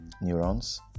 neurons